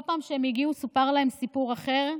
כל פעם שהם הגיעו, סופר להם סיפור אחר,